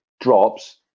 drops